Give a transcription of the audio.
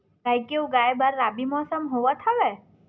राई के उगाए बर रबी मौसम होवत हवय?